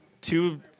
Two